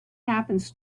happens